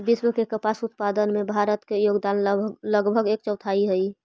विश्व के कपास उत्पादन में भारत के योगदान लगभग एक चौथाई हइ